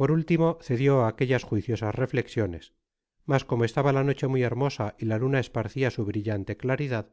por último cedió á aquellas juiciosas reflexiones mas como estaba la noche muy hermosa y la luna esparcia su brillante claridad